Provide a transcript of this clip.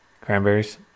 Cranberries